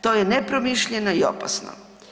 To je nepromišljeno i opasno.